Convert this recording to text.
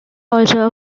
also